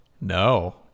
No